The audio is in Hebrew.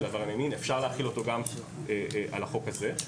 עברייני מין ואפשר להחיל אותו גם על החוק הזה.